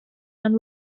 and